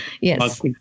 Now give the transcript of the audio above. Yes